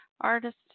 artist